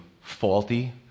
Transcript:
faulty